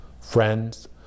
Friends